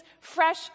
fresh